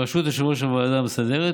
בראשות יושב-ראש הוועדה המסדרת,